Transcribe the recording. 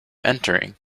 entering